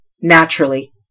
Naturally